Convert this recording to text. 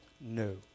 No